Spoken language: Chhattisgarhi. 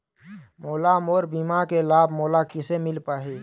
मोला मोर बीमा के लाभ मोला किसे मिल पाही?